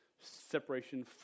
Separation